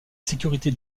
sécurité